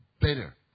better